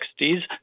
60s